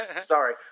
Sorry